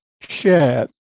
share